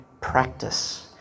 practice